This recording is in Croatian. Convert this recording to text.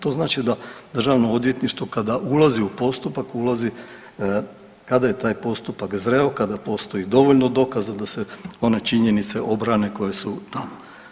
To znači da državno odvjetništvo kada ulazi u postupak ulazi kada je taj postupak zreo, kada postoji dovoljno dokaza da se one činjenice obrane koje su tamo.